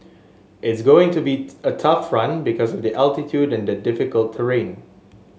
it's going to be a tough run because of the altitude and the difficult terrain